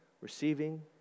receiving